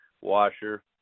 washer